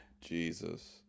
Jesus